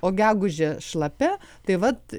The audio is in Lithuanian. o gegužė šlapia tai vat